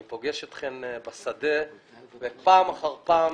אני פוגש אתכן בשדה ופעם אחר פעם